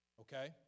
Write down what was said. okay